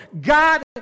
God